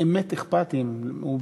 באמת אכפת לו מהם.